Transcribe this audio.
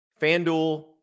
FanDuel